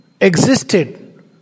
existed